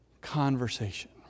conversation